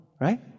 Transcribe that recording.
right